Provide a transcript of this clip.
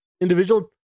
individual